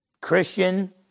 Christian